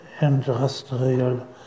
industrial